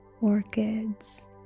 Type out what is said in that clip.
orchids